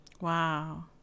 Wow